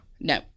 No